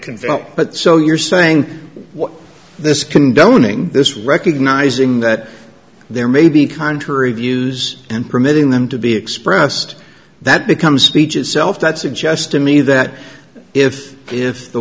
that but so you're saying this condoning this recognizing that there may be contrary views and permitting them to be expressed that becomes speech itself that suggests to me that if if the